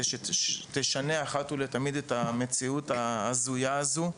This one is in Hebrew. שתשנה אחת ולתמיד את המציאות ההזויה הזו.